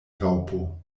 raŭpo